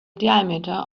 diameter